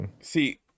See